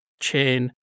chain